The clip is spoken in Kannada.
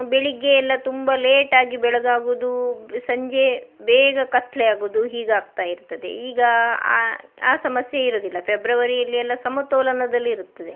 ಬೆಳಿಗ್ಗೆಯೆಲ್ಲ ತುಂಬ ಲೇಟಾಗಿ ಬೆಳಗಾಗುದು ಸಂಜೆ ಬೇಗ ಕತ್ತಲೆ ಆಗುದು ಹೀಗಾಗ್ತಾ ಇರ್ತದೆ ಈಗ ಆ ಆ ಸಮಸ್ಯೆ ಇರೋದಿಲ್ಲ ಫೆಬ್ರವರಿಯಲ್ಲಿ ಎಲ್ಲ ಸಮತೋಲನದಲ್ಲಿ ಇರುತ್ತದೆ